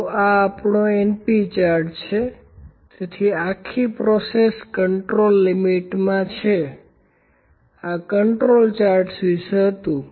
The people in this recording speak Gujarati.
તો આ આપણો np ચાર્ટ છે તેથી આખી પ્રોસેસ કન્ટ્રોલ લિમિટમાં છે આ કંટ્રોલ ચાર્ટ્સ વિશે હતું